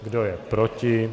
Kdo je proti?